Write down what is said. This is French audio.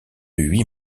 huit